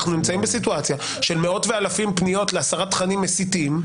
אנחנו נמצאים בסיטואציה של מאות ואלפים פניות להסרת תכנים מסיתים,